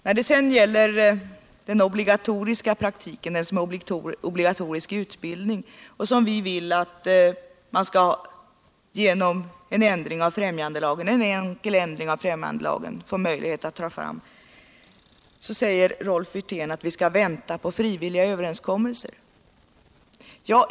När det gäller den obligatoriska praktiken i utbildningen vill vi nu få Wirtén anser i stället att vi skall vänta på en frivillig överenskommelse.